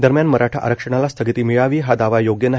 दरम्यान मराठा आरक्षणाला स्थगिती मिळाली हा दावा योग्य नाही